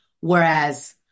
whereas